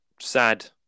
sad